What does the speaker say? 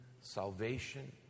salvation